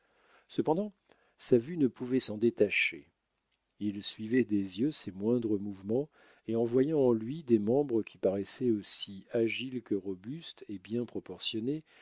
cependant sa vue ne pouvait s'en détacher il suivait des yeux ses moindres mouvements et en voyant en lui des membres qui paraissaient aussi agiles que robustes et bien proportionnés